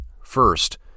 First